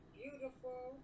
beautiful